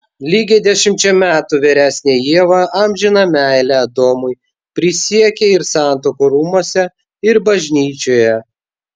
lygiai dešimčia metų vyresnė ieva amžiną meilę adomui prisiekė ir santuokų rūmuose ir bažnyčioje